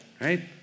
right